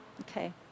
Okay